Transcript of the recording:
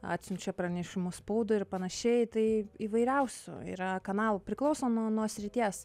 atsiunčia pranešimus spaudai ir panašiai tai įvairiausių yra kanalų priklauso nuo srities